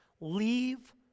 Leave